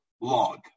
log